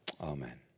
Amen